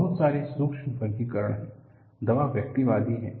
बहुत सारे सूक्ष्म वर्गीकरण हैं दवा व्यक्तिवादी है